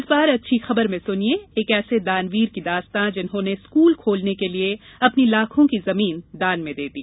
इस बार अच्छी खबर में सुनिये एक ऐसे दानवीर की दास्तां जिन्होंने स्कूल खोलने के लिये अपनी लाखों की जमीन दान दे दी